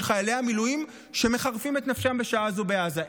חיילי המילואים שמחרפים את נפשם בשעה זו בעזה.